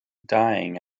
dying